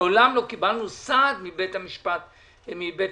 מעולם לא קיבלנו סעד מבית המשפט העליון.